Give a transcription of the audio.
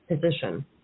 position